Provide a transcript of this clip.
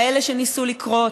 כאלה שניסו לקרוץ,